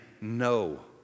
no